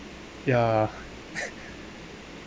ya